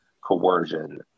coercion